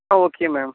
okay ma'am